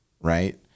right